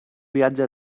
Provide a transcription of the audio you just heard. viatge